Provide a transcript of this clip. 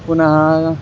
पुनः